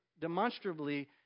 demonstrably